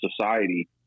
society